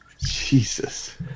Jesus